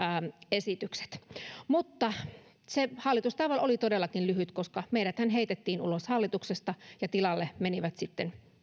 esitykset mutta se hallitustaival oli todellakin lyhyt koska meidäthän heitettiin ulos hallituksesta ja tilalle jäivät sitten